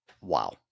Wow